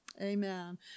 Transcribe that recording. Amen